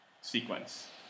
sequence